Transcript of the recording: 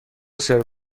سرو